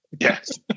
Yes